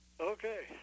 Okay